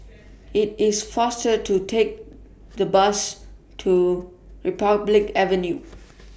IT IS faster to Take The Bus to Republic Avenue